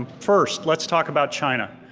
first, let's talk about china.